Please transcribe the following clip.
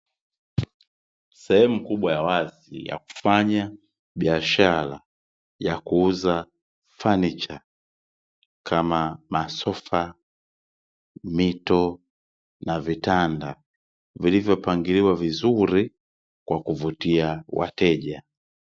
Sehemu kubwa ya wazi ya kufanya biashara ya kuuza fanicha kama masofa, mito na vitanda vilivyopangiliwa vizuri kwa kuvutia wateja.